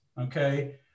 okay